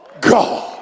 God